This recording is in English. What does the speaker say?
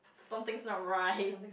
something's not right